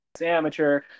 amateur